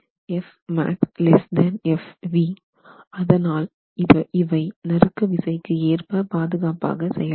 f max fv அதனால் இவை நறுக்க விசைக்கு ஏற்ப பாதுகாப்பாக செயல் படும்